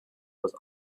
was